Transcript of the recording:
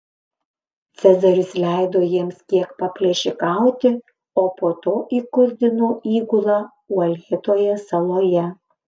cezaris leido jiems kiek paplėšikauti o po to įkurdino įgulą uolėtoje saloje